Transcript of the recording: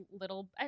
little